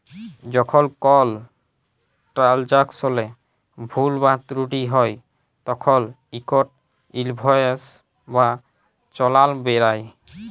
যখল কল ট্রালযাকশলে ভুল বা ত্রুটি হ্যয় তখল ইকট ইলভয়েস বা চালাল বেরাই